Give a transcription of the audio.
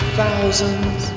thousands